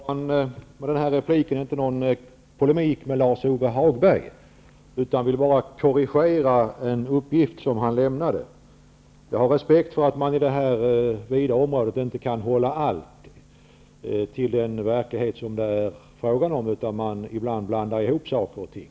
Herr talman! Jag söker i den här repliken inte någon polemik med Lars-Ove Hagberg. Jag vill bara korrigera en uppgift han lämnade. Jag har respekt för att man i det här vida området inte kan hålla reda på allt i den verklighet som det är fråga om, utan att man ibland blandar ihop saker och ting.